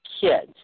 kids